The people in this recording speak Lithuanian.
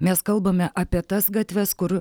mes kalbame apie tas gatves kur